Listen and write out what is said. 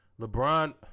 LeBron